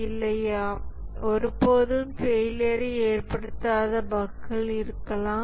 இல்லை ஒருபோதும் ஃபெயிலியர்யை ஏற்படுத்தாத பஃக்கள் இருக்கலாம்